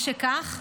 משכך,